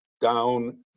down